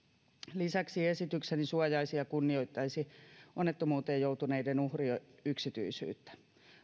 lisäksi esitykseni suojaisi ja kunnioittaisi onnettomuuteen joutuneiden uhrien yksityisyyttä